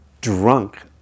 drunk